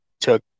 took